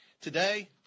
Today